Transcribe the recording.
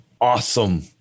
awesome